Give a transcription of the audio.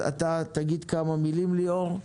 אתה תגיד כמה מילים, ליאור,